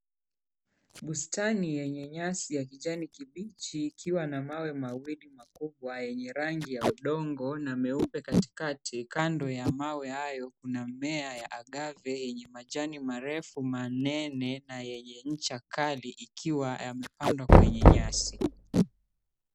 Bustani yenye nyasi ya kijani kibichi ikiwa na mawe mawili makubwa yenye rangi ya udongo na meupe katikati. Kando ya mawe hayo kuna mmea ya agave, yenye majani marefu manene, na yenye ncha kali, ikiwa yamepandwa kwenye nyasi.